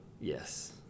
Yes